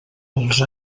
els